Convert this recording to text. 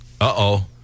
Uh-oh